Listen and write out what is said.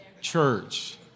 church